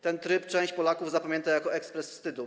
Ten tryb część Polaków zapamięta jako ekspres wstydu.